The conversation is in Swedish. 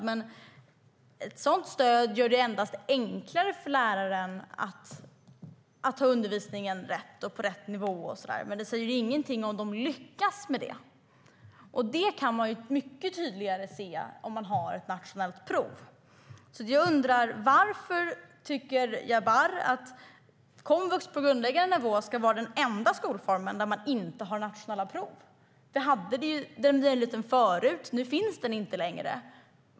Men ett sådant gör det endast enklare för lärare att undervisa på rätt nivå. Det säger ingenting om huruvida de lyckas med det. Det kan man se mycket tydligare med ett nationellt prov. Varför tycker Jabar Amin att komvux på grundläggande nivå ska vara den enda skolformen där man inte har nationella prov? Den möjligheten hade vi förut. Nu finns den inte längre.